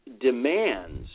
demands